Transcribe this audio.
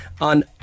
on